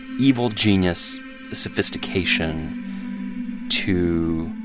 evil-genius sophistication to